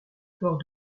port